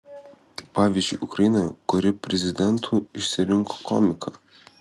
pavyzdžiui ukrainoje kuri prezidentu išsirinko komiką